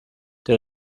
der